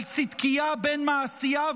על צדקיהו בין מעשיה?